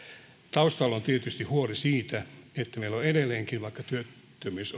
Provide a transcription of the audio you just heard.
taustalla on tietysti huoli siitä että meillä on edelleenkin vaikka työttömyys